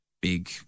big